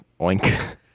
oink